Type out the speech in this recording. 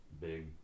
big